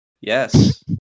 Yes